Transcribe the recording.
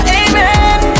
amen